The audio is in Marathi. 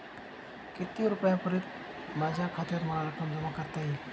किती रुपयांपर्यंत माझ्या खात्यात मला रक्कम जमा करता येईल?